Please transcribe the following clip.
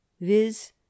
viz